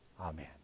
Amen